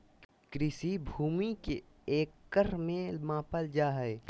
कृषि भूमि के एकड़ में मापल जाय हइ